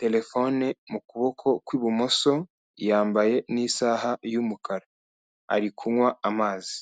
terefone mu kuboko kw' ibumoso, yambaye n'isaha y'umukara ari kunywa amazi.